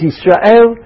Israel